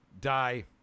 Die